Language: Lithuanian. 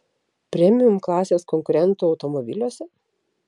premium klasės konkurentų automobiliuose